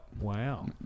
Wow